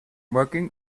working